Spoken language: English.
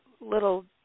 little